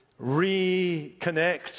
reconnect